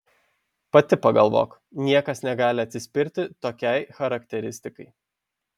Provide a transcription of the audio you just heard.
pati pagalvok niekas negali atsispirti tokiai charakteristikai